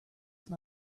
have